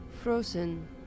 frozen